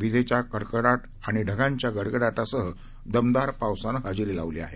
विजांचा कडकडाट आणि ढगांच्या गडगडाटासह दमदार पावसाने हजेरी लावली आहे